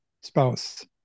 spouse